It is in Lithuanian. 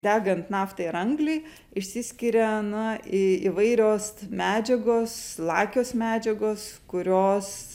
degant naftai ar angliai išsiskiria na į įvairios medžiagos lakios medžiagos kurios